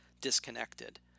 disconnected